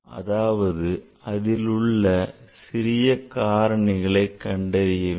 அதாவது அதில் உள்ள சிறிய காரணிகளை கண்டறிய வேண்டும்